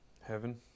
Heaven